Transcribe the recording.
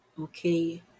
okay